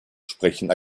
sprechen